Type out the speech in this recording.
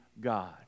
God